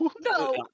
no